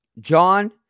John